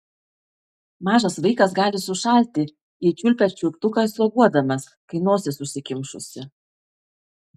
mažas vaikas gali sušalti jei čiulpia čiulptuką sloguodamas kai nosis užsikimšusi